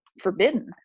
forbidden